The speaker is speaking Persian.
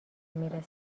میرسه